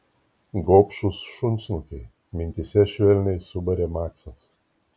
gobšūs šunsnukiai mintyse švelniai subarė maksas